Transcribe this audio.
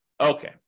Okay